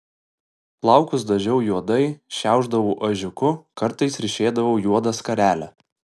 plaukus dažiau juodai šiaušdavau ežiuku kartais ryšėdavau juodą skarelę